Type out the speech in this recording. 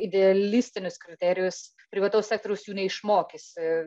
idealistinius kriterijus privataus sektoriaus jų neišmokysi